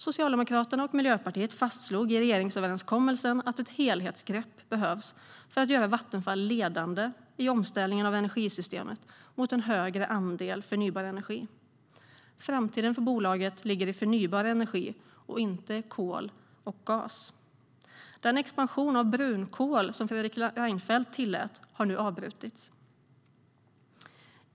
Socialdemokraterna och Miljöpartiet fastslog i regeringsöverenskommelsen att ett helhetsgrepp behövs för att göra Vattenfall ledande i omställningen av energisystemet mot en högre andel förnybar energi. Framtiden för bolaget ligger i förnybar energi och inte i kol och gas. Den expansion av brunkol som Fredrik Reinfeldt tillät har nu avbrutits.